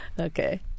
Okay